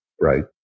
Right